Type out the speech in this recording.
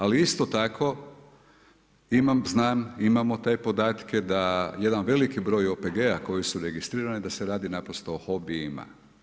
Ali isto tako, znam imamo te podatke da jedan veliki broj OPG-a koji su registrirani da se radi naprosto o hobijima.